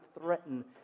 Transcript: threaten